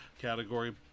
category